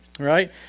right